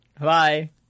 Bye